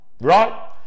right